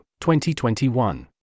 2021